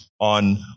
on